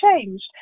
changed